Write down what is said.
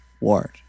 Ward